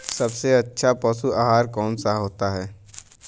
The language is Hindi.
सबसे अच्छा पशु आहार कौन सा होता है?